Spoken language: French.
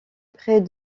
près